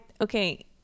Okay